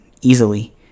easily